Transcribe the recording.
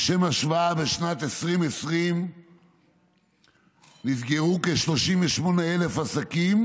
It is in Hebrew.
לשם השוואה, בשנת 2020 נסגרו כ-38,000 עסקים,